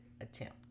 attempt